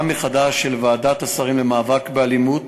מחדש של ועדת השרים למאבק באלימות,